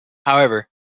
however